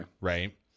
right